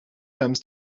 comes